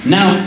Now